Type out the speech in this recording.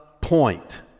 point